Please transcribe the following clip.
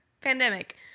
Pandemic